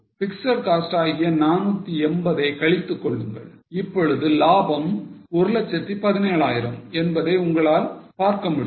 fixed cost ஆகிய 480 ஐ கழித்துக்கொள்ளுங்கள் இப்பொழுது லாபம் 117000 என்பதை உங்களால் பார்க்க முடியும்